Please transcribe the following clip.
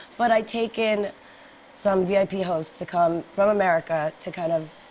but i take in some v i p. hosts to come from america to kind of